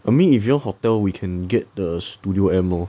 I mean if you want hotel we can get the studio M lor